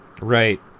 Right